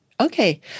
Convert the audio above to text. Okay